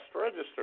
register